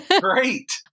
great